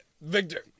Victor